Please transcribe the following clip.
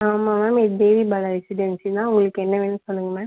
ஆமாம் மேம் இது தேவிபாலா ரெசிடன்சி தான் உங்களுக்கு என்ன வேணுன்னு சொல்லுங்கள் மேம்